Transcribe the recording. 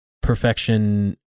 perfection